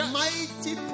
mighty